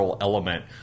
Element